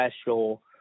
special